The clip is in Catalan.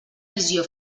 visió